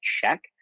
check